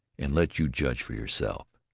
and let you judge for yourself.